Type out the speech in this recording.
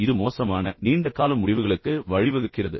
ஆனால் இது மோசமான நீண்ட கால முடிவுகளுக்கு வழிவகுக்கிறது